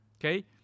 okay